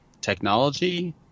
technology